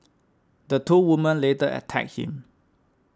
the two women later attacked him